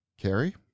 Carrie